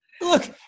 look